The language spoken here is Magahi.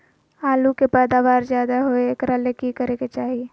आलु के पैदावार ज्यादा होय एकरा ले की करे के चाही?